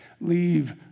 Leave